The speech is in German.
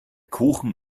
kuchen